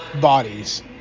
bodies